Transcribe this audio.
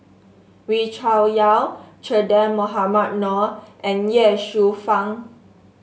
Wee Cho Yaw Che Dah Mohamed Noor and Ye Shufang